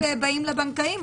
-- -באים לבנקים,